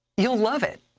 you'll love it,